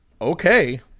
okay